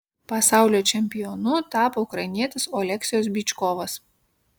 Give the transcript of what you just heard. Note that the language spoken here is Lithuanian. pasaulio čempionu tapo ukrainietis oleksijus byčkovas